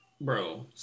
Bro